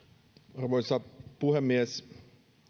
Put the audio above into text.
arvoisa puhemies